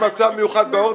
מצב מיוחד בעורף